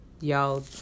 y'all